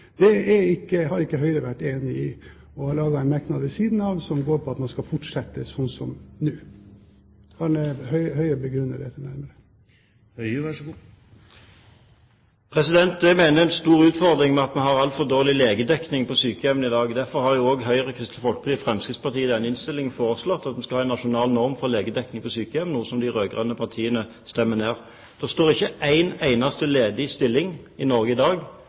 har Høyre ikke vært enig i og har en merknad som går ut på at man skal fortsette slik som nå. Kan Høie begrunne dette nærmere? Jeg mener det ligger en stor utfordring i det at vi har en altfor dårlig legedekning på sykehjemmene i dag. Derfor har Høyre, Kristelig Folkeparti og Fremskrittspartiet i denne innstillingen foreslått at en skal ha nasjonale «bemanningsnormer for legedekningen ved sykehjem», noe de rød-grønne partiene vil stemme imot. Det står ikke én eneste stilling ledig i Norge i dag